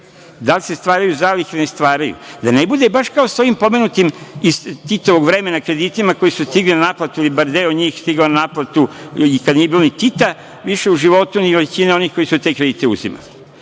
Da li se stvaraju zalihe ili ne stvaraju? Da ne bude baš kao sa ovim pomenutim kreditima iz Titovog vremena koji su stigli na naplatu, ili bar deo njih stigao na naplatu, kad nije bilo više u životu ni Tita ni većine onih koji su te kredite uzimali. Tako